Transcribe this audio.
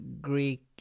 Greek